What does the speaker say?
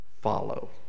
Follow